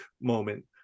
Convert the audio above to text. moment